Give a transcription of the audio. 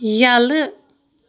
یلہٕ